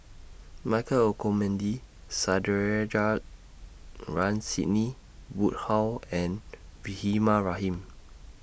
Michael Olcomendy Sandrasegaran Sidney Woodhull and Rahimah Rahim